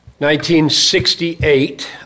1968